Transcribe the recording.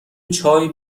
چای